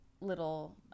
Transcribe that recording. little